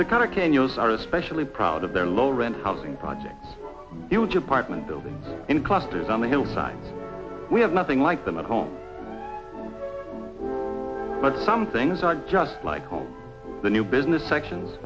the kind of ten year olds are especially proud of their low rent housing project it was apartment building in clusters on the hillside we have nothing like them at home but some things are just like all the new business sections